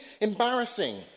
embarrassing